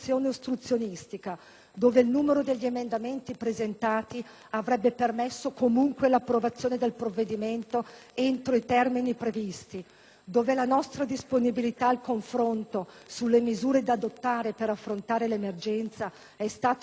dove il numero degli emendamenti presentati avrebbe permesso comunque l'approvazione del provvedimento entro i termini previsti, dove vi è stata la nostra disponibilità al confronto sulle misure da adottare per affrontare l'emergenza - ha fatto emergere